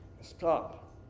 Stop